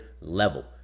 level